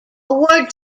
award